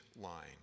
line